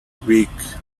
week